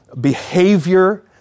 behavior